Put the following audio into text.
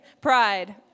Pride